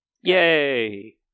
Yay